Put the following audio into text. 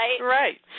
right